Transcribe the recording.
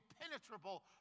impenetrable